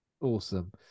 awesome